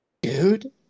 Dude